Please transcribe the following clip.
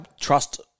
trust